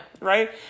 right